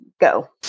go